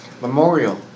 Memorial